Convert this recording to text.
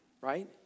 right